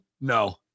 No